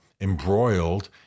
embroiled